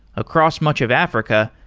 across much of africa,